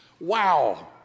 Wow